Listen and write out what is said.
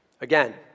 Again